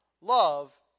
love